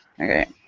Okay